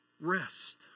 Rest